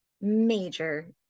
major